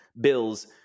Bills